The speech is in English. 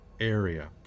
area